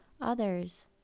others